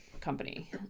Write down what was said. company